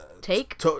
take